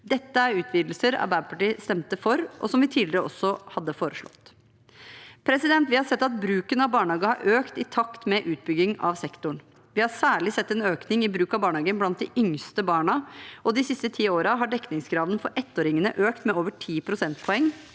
Dette er utvidelser Arbeiderpartiet stemte for, og som vi tidligere også hadde foreslått. Vi har sett at bruken av barnehage har økt i takt med utbygging av sektoren. Vi har særlig sett en økning i bruk av barnehage blant de yngste barna, og de siste tiårene har dekningsgraden for ettåringene økt med over 10 prosentpoeng.